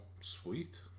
Sweet